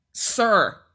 sir